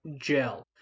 gel